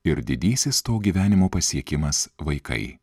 ir didysis to gyvenimo pasiekimas vaikai